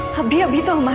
albeit without